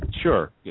sure